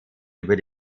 über